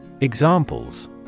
Examples